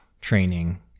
training